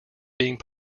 being